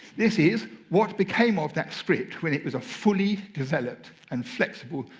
this is what became of that script when it was a fully developed and flexible,